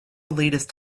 latest